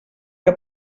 que